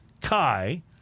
Kai